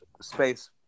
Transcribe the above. space